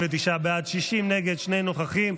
39 בעד, 60 נגד, שני נוכחים.